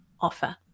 offer